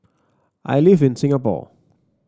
I live in Singapore